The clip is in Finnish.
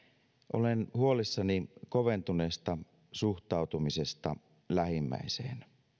olen huolissani koventuneesta suhtautumisesta lähimmäiseen